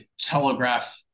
telegraph